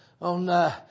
on